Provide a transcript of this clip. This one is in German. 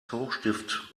hochstift